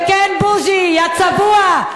וכן, בוז'י, יא צבוע,